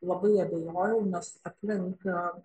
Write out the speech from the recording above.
labai abejojau nes aplink